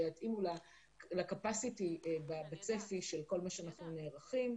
היה בפער, זה לא פריטים שאנחנו ברגיל קונים.